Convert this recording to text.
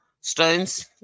Stones